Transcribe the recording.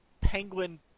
penguin